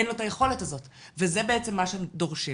אין לו את היכולת הזאת, וזה בעצם מה שהם דורשים